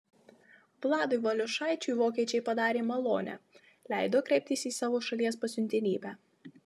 vladui valiušaičiui vokiečiai padarė malonę leido kreiptis į savo šalies pasiuntinybę